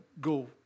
go